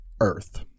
Earth